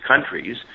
countries